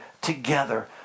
together